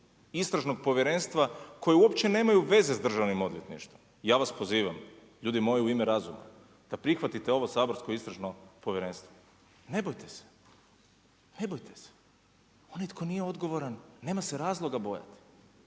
istražnog povjerenstva koje uopće nemaju veze s državnim odvjetništvom. Ja vas pozivam, ljudi moji u ime razuma, da prihvatite ovo saborsko istražno povjerenstvo. Ne bojte se, ne bojte se. Onaj tko nije odgovoran, nema se razloga bojati.